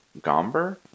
Gomber